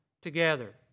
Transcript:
together